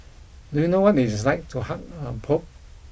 do you know what it is like to hug a pope